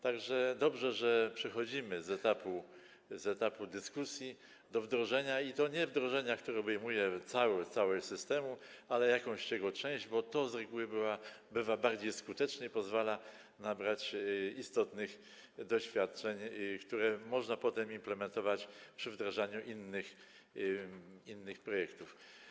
Tak że dobrze, że przechodzimy z etapu dyskusji do wdrożenia, i to nie wdrożenia, które obejmuje całość systemu, ale jakąś jego część, bo to z reguły bywa bardziej skuteczne i pozwala nabrać istotnych doświadczeń, które można potem implementować przy wdrażaniu innych projektów.